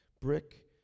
brick